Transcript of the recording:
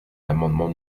l’amendement